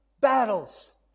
battles